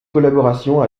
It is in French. collaborations